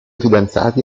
fidanzati